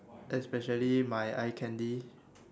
especially my eye candy